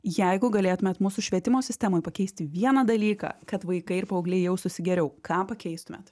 jeigu galėtumėt mūsų švietimo sistemoj pakeisti vieną dalyką kad vaikai ir paaugliai jaustųsi geriau ką pakeistumėt